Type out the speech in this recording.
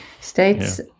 states